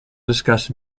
discuss